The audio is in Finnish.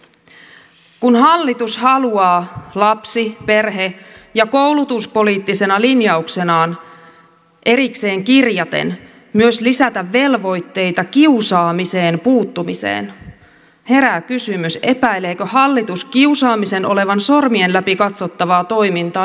kun hallitus haluaa lapsi perhe ja koulutuspoliittisena linjauksenaan erikseen kirjaten myös lisätä velvoitteita kiusaamiseen puuttumiseen herää kysymys epäileekö hallitus kiusaamisen olevan sormien läpi katsottavaa toimintaa nykykouluissa